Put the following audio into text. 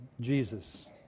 Jesus